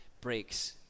breaks